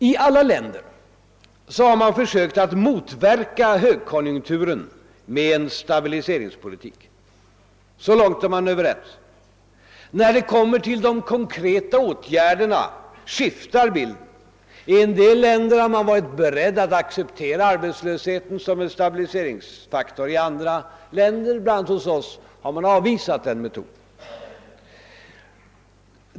I alla länder har man försökt att motverka högkonjunkturen med en stabiliseringspolitik. Så långt är man Ööverens. När det kommer till de konkreta åtgärderna skiftar bilden. I en del länder har man varit beredd att acceptera arbetslösheten som en stabiliseringsfaktor. I andra länder, bl.a. hos oss, har man avvisat den metoden.